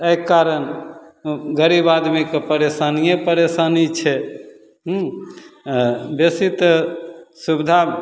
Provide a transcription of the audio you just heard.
एहि कारण गरीब आदमीके परेशानिए परेशानी छै हुँ बेसी तऽ सुविधा